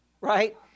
Right